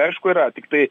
aišku yra tiktai